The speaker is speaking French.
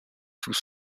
sous